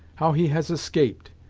how he has escaped,